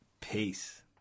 Peace